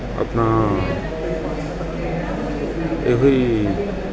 ਆਪਣਾ ਇਹੋ ਹੀ